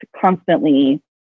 constantly